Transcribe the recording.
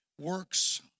works